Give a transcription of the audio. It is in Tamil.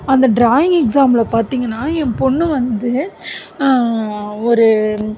அந்த ட்ராயிங் எக்ஸாமில் பார்த்திங்கன்னா என் பொண்ணு வந்து ஒரு